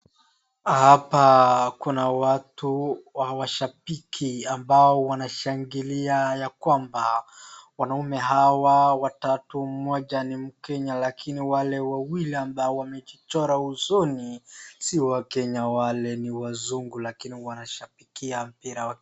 Hapa kuna watu au shabiki ambao wanashangilia ya kwamba, wanaume hawa watatu mmoja ni mkenya lakini wale wawili ambao wamejichora usoni, si wakenya wale ni wazungu lakini wanashabikia mpira